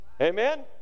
Amen